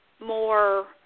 more